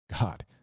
God